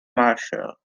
marshall